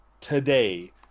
today